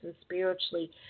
spiritually